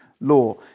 law